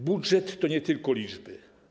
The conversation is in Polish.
Budżet to nie tylko liczby.